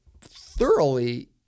thoroughly